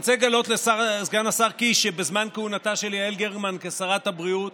אני רוצה לגלות לסגן השר קיש שבזמן כהונתה של יעל גרמן כשרת הבריאות